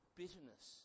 bitterness